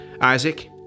Isaac